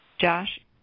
Josh